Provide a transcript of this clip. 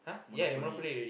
monopoly